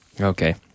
Okay